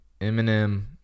eminem